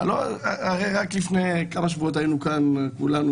הרי רק לפני כמה שבועות היינו כאן כולנו